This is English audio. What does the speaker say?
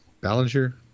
Ballinger